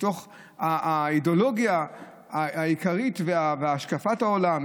מתוך האידיאולוגיה העיקרית והשקפת העולם,